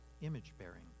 image-bearing